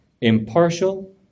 impartial